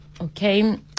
Okay